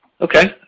Okay